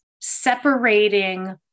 separating